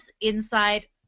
Inside